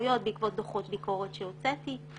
התנכלויות בעקבות דוחות ביקורת שהוצאתי,